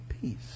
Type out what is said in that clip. peace